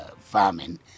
farming